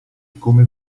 come